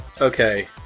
Okay